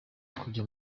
kujya